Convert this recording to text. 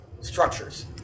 structures